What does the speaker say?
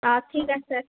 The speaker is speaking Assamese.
অঁ ঠিক আছে